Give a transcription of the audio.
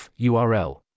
URL